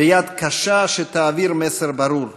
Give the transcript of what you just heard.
ביד קשה שתעביר מסר ברור: